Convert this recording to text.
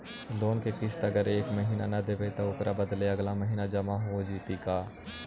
Loan के किस्त अगर एका महिना न देबै त ओकर बदले अगला महिना जमा हो जितै का?